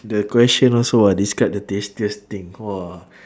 the question also [what] describe the tastiest thing !wah!